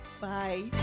Bye